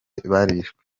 barishwe